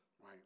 right